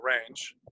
range